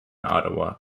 ottawa